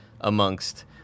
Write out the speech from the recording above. amongst